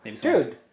Dude